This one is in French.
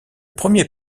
premier